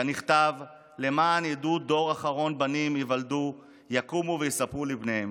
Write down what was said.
כנכתב: "למען ידעו דור אחרון בנים ייוָּלדו יקֻמו ויספרו לבניהם".